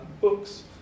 books